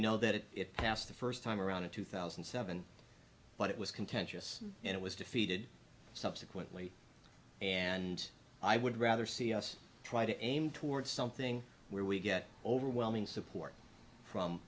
know that it passed the first time around in two thousand and seven but it was contentious and it was defeated subsequently and i would rather see us try to aim towards something where we get overwhelming support from